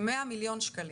כ-100 מיליון שקלים.